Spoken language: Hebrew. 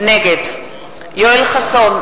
נגד יואל חסון,